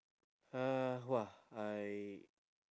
!huh! !wah! I